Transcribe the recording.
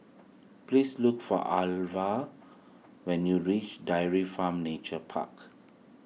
please look for Alva when you reach Dairy Farm Nature Park